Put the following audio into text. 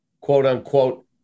quote-unquote